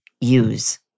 use